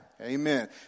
Amen